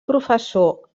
professor